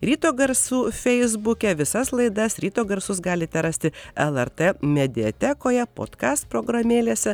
ryto garsų feisbuke visas laidas ryto garsus galite rasti lrt mediatekoje podcast kas programėlėse